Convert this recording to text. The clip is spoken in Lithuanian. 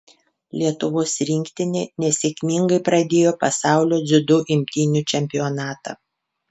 lietuvos rinktinė nesėkmingai pradėjo pasaulio dziudo imtynių čempionatą